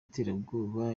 iterabwoba